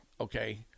okay